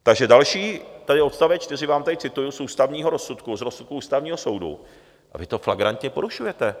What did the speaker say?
Takže další tady odst. 4 vám tady cituji z ústavního rozsudku, z rozsudku Ústavního soudu, a vy to flagrantně porušujete.